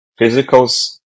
physicals